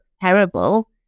terrible